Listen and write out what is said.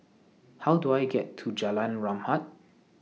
How Do I get to Jalan Rahmat